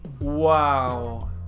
Wow